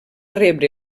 rebre